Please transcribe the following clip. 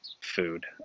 food